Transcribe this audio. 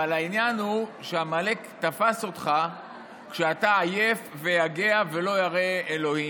העניין הוא שעמלק תפס אותך כשאתה "עיֵף ויגע ולא ירא אלהים".